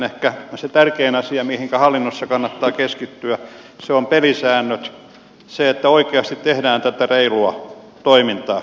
ehkä se tärkein asia mihinkä hallinnossa kannattaa keskittyä on pelisäännöt se että oikeasti tehdään tätä reilua toimintaa